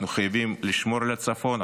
אנחנו חייבים לשמור על הצפון,